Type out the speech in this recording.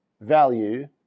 value